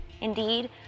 Indeed